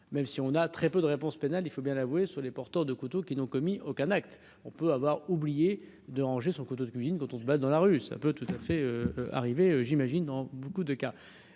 même si on a très peu de réponses pénales, il faut bien l'avouer, sur les porteurs de couteaux qui n'ont commis aucun acte, on peut avoir oublié de ranger son couteau de cuisine, quand on se balade dans la rue, ça peut tout à fait arriver, j'imagine, dans beaucoup de cas,